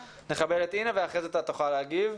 נכבד את אינה כרגע ואחרי זה תוכל להגיב.